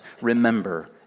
remember